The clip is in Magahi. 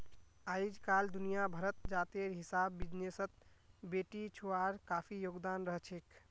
अइजकाल दुनिया भरत जातेर हिसाब बिजनेसत बेटिछुआर काफी योगदान रहछेक